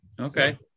Okay